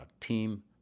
team